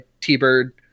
T-Bird